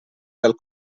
dal